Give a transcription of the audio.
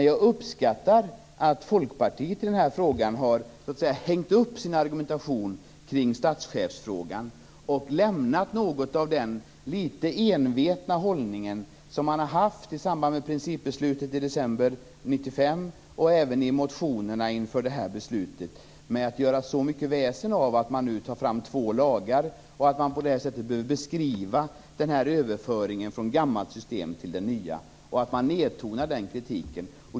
Jag uppskattar dock att Folkpartiet i den här frågan har hängt upp sin argumentation kring statschefsfrågan och lämnat den litet envetna hållning som man hade i samband med principbeslutet i december 1995 och även i motionerna inför det här beslutet, där man gör så mycket väsen av att det nu tas fram två lagar och på det här sättet beskriver överföringen från det gamla systemet till det nya. Man tonar ned den kritiken.